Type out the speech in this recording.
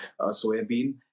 soybean